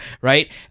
right